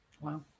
Wow